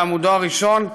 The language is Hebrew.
בעמודו הראשון,